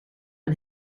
een